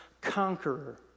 conqueror